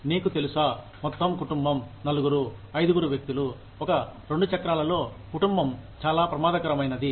నీకు తెలుసా మొత్తం కుటుంబం నలుగురు ఐదుగురు వ్యక్తులు ఒక 2 చక్రాలలో కుటుంబం చాలా ప్రమాదకరమైనది